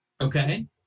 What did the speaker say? Okay